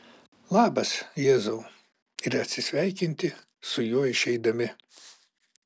labas jėzau ir atsisveikinti su juo išeidami